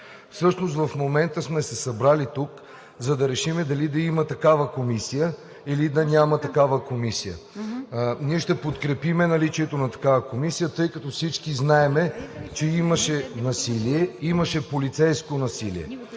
Всъщност в момента сме се събрали тук, за да решим дали да има такава комисия, или да няма. Ние ще подкрепим наличието на такава комисия, тъй като всички знаем, че имаше насилие – имаше полицейско насилие,